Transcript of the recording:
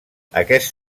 aquest